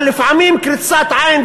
אבל קריצת עין,